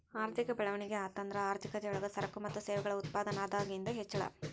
ಆರ್ಥಿಕ ಬೆಳವಣಿಗೆ ಅಂತಂದ್ರ ಆರ್ಥಿಕತೆ ಯೊಳಗ ಸರಕು ಮತ್ತ ಸೇವೆಗಳ ಉತ್ಪಾದನದಾಗಿಂದ್ ಹೆಚ್ಚಳ